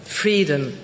freedom